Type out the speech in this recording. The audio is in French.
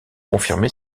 confirmé